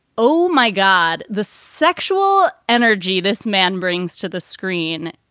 oh, my god, the sexual energy this man brings to the screen.